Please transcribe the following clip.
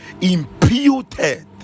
imputed